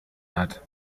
hat